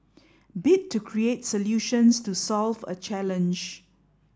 bit to create solutions to solve a challenge